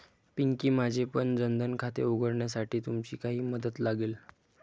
पिंकी, माझेपण जन धन खाते उघडण्यासाठी तुमची काही मदत लागेल